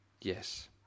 Yes